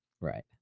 right